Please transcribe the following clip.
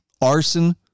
arson